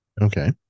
Okay